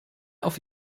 auf